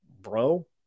Bro